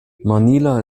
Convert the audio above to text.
manila